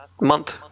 month